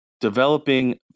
developing